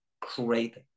create